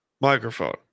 microphone